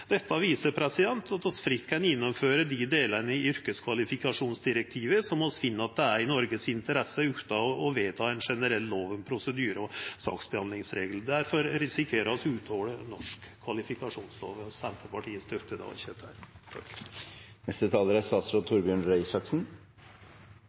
Dette viser at vi fritt kan gjennomføra dei delane av yrkeskvalifikasjonsdirektivet som vi finn at er i Noregs interesse, utan å vedta ei generell lov om prosedyrar og saksbehandlingsreglar der vi risikerer å undergrava norske kvalifikasjonskrav. Senterpartiet støttar difor ikkje dette. Mobilitet, forenkling og aktiv europapolitikk er